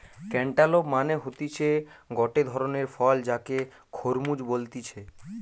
cantaloupe মানে হতিছে গটে ধরণের ফল যাকে খরমুজ বলতিছে